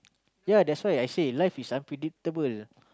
ya that's why I say life is unpredictable